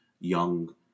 young